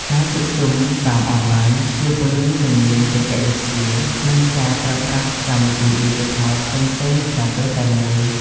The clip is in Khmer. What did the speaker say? ការជួបជុំតាមអនឡាញជួយពង្រឹងជំនាញបច្ចេកវិទ្យា និងការប្រើប្រាស់កម្មវិធីឌីជីថលផ្សេងៗក្នុងពេលតែមួយ។